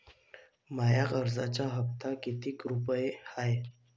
माया कर्जाचा हप्ता कितीक रुपये हाय?